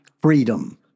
Freedom